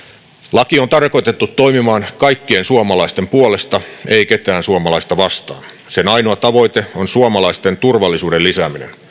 laki on tarkoitettu toimimaan kaikkien suomalaisten puolesta ei ketään suomalaista vastaan sen ainoa tavoite on suomalaisten turvallisuuden lisääminen